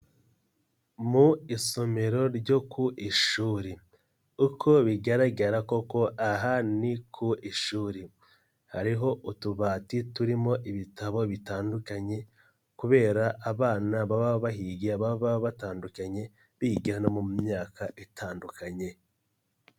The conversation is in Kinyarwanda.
Mu isomero ryo ku ishuri uko bigaragara koko aha ni ku ishuri, hariho utubati turimo ibitabo bitandukanye kubera abana baba bahiga baba batandukanye, bigana no mu myaka itandukanye.